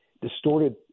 distorted